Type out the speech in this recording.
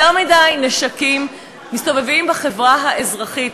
יותר מדי נשקים מסתובבים בחברה האזרחית.